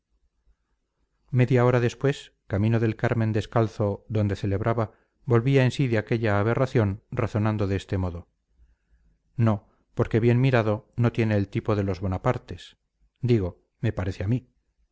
media hora después camino del carmen descalzo donde celebraba volvía en sí de aquella aberración razonando de este modo no porque bien mirado no tiene el tipo de los bonapartes digo me parece a mí